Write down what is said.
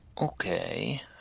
Okay